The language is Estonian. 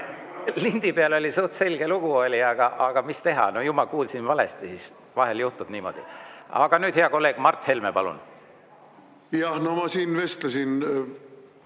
Lindi peal oli suhteliselt selge lugu, aga mis teha, ju ma kuulsin valesti siis. Vahel juhtub niimoodi. Aga nüüd, hea kolleeg Mart Helme, palun! Jah, no ma siin vestlesin